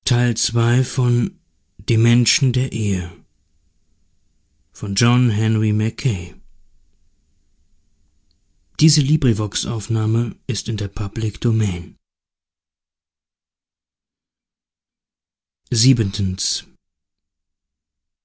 die menschen der ehe